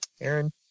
Aaron